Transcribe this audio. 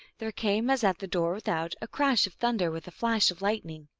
there came, as at the door without, a crash of thunder with a flash of lightning,